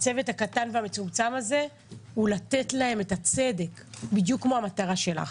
של הצוות הקטן והמצומצם הזה היא לתת להם את הצדק בדיוק כמו המטרה שלך.